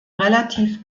relativ